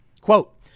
Quote